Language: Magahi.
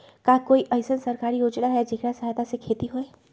का कोई अईसन सरकारी योजना है जेकरा सहायता से खेती होय?